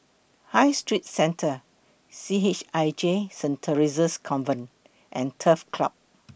High Street Centre C H I J Saint Theresa's Convent and Turf Club